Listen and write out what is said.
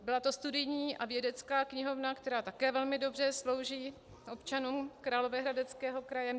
Byla to studijní a vědecká knihovna, která také velmi dobře slouží občanům Královéhradeckého kraje.